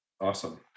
Awesome